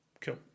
cool